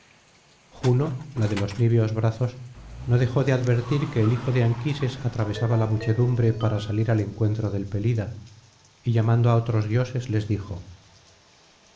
juno la de los niveos brazos no dejó de advertir que el hijo de anquises atravesaba la muchedumbre para salir al encuentro del pelida y llamando á otros dioses les dijo